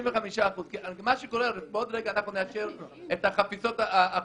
בעוד רגע נאשר את החפיסות האחידות.